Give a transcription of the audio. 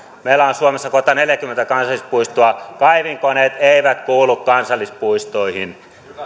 meillä on suomessa kohta neljäkymmentä kansallispuistoa kaivinkoneet eivät kuulu kansallispuistoihin